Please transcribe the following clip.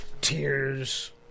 tears